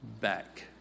back